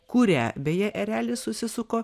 kurią beje erelis susisuko